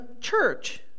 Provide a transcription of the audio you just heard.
church